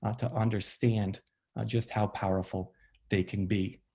ah to understand just how powerful they can be.